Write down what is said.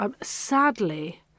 Sadly